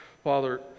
Father